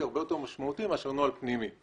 הרבה יותר משמעותי מאשר נוהל פנימי.